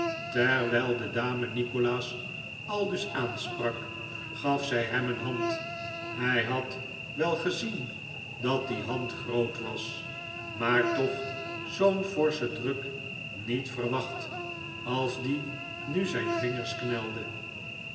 terwijl de dame nikolaas aldus aansprak gaf zij hem een hand hij had wel gezien dat die hand groot was maar toch zoo'n forschen druk niet verwacht als die nu zijn vingers knelde